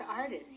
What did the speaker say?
Artist